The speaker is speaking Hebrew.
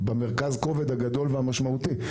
במרכז הכובד הגדול והמשמעותי.